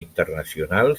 internacional